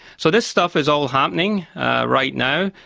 so this stuff is all happening right now.